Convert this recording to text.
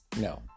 No